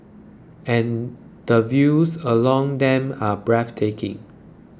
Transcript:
and the views along them are breathtaking